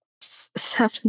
Seven